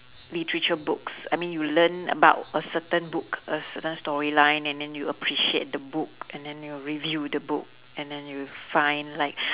literature books I mean you learn about a certain book a certain storyline and then you appreciate the book and then you review the book and then you find like